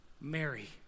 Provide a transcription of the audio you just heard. Mary